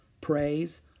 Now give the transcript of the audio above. praise